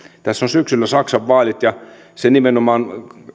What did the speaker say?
syksyllä on saksan vaalit ja se nimenomaan